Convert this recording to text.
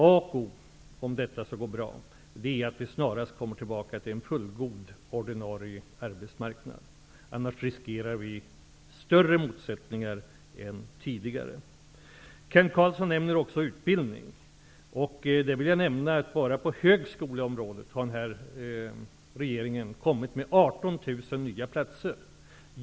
Om detta skall gå bra är A och O att vi snarast får tillbaka en fullgod ordinarie arbetsmarknad. Annars riskerar vi att få större motsättningar än tidigare. Kent Carlsson talar också om utbildning. Den här regeringen har kommit med 18 000 nya platser bara inom högskolan.